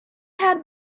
had